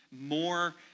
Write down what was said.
more